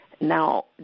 Now